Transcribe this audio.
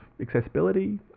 accessibility